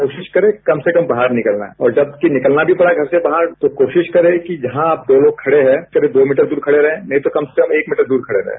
कोशिश करें कम से कम बाहर निकलना है और जबकि निकलना भी पड़ा घर से बाहर तो कोशिश करें कि जहां आप दो लोग खड़े हैं करीब दो मीटर दूर खड़े रहें नहीं तो कम से कम एक मीटर दूर खड़े रहें